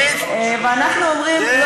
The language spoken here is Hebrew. ואנחנו אומרים: לא, ראית?